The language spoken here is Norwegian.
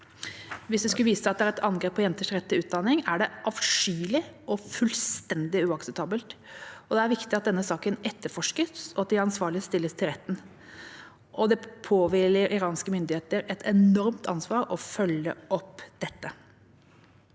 Hvis det skulle vise seg at det er et angrep på jenters rett til utdanning, er det avskyelig og fullstendig uakseptabelt. Det er viktig at denne saken etterforskes, og at de ansvarlige stilles for retten. Det påhviler iranske myndigheter et enormt ansvar for å følge opp dette.